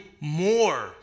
more